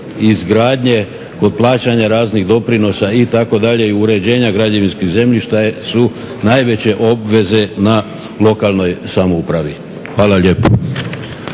izgradnje, kod plaćanja raznih doprinosa itd. i uređenja građevinskih zemljišta su najveće obveze na lokalnoj samoupravi. Hvala lijepo.